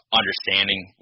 Understanding